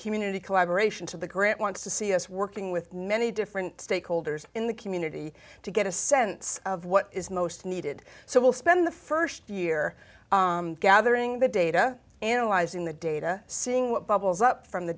community collaboration to the grant wants to see us working with many different stakeholders in the community to get a sense of what is most needed so we'll spend the st year gathering the data analyzing the data seeing what bubbles up from the